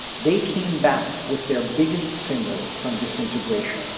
they came back with their biggest single from disintegration.